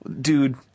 dude